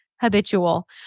habitual